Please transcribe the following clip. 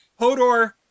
Hodor